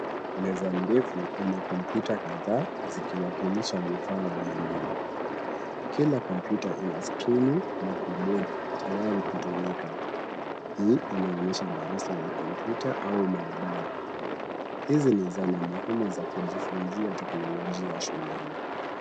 Meza ndefu ina kompyuta kadhaa zikiwakilisha vifaa vya elimu. Kila kompyuta ina skrini na kibodi tayari kutumika. Hii inaonyesha darasa la kompyuta au maabara. Hizi ni zana muhimu za kujifunzia teknolojia shuleni.